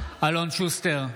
אלון שוסטר,